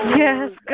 yes